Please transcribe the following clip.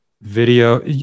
video